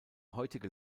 heutige